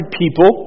people